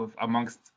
amongst